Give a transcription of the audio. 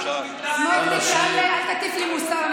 אל תטיף לי מוסר,